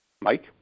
Mike